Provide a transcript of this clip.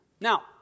Now